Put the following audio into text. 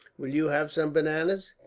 will you have some bananas?